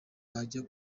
bajya